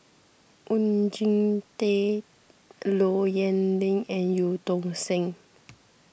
Oon Jin Teik Low Yen Ling and Eu Tong Sen